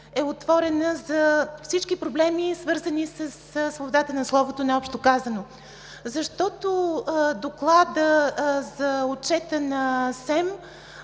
е отворена за всички проблеми, свързани със свободата на словото най-общо казано. Докладът за отчета на СЕМ